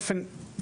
באופן,